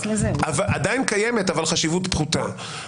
עדיין קיימת, אבל חשיבות פחותה.